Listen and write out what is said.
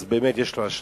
באמת יש לו אשליה.